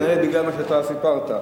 כנראה בגלל מה שאתה סיפרת.